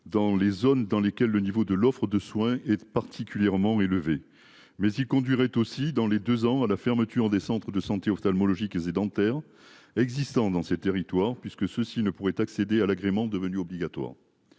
dans les zones dans lesquelles le niveau de l'offre de soins et particulièrement élevé mais il conduirait aussi dans les 2 ans à la fermeture des centres de santé ophtalmologiques et dentaires existant dans ces territoires puisque ceux-ci ne pourrait accéder à l'agrément devenu obligatoire.